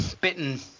Bitten